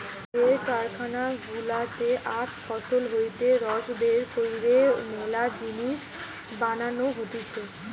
যে কারখানা গুলাতে আখ ফসল হইতে রস বের কইরে মেলা জিনিস বানানো হতিছে